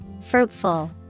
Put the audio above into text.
Fruitful